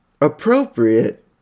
appropriate